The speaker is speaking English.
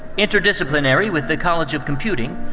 interdisciplinary with the college of computing,